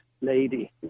lady